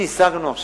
זו מציאות